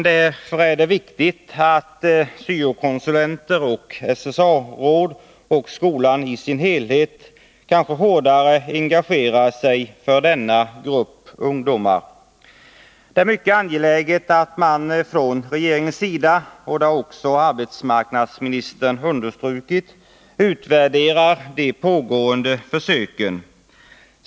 Därför är det viktigt att SYO-konsulenter och SSA-råd och skolan i sin helhet kanske hårdare engagerar sig för denna grupp ungdomar. Det är mycket angeläget att man från regeringens sida — och det har också arbetsmarknadsministern understrukit — utvärderar de pågående försöken.